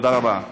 תודה רבה.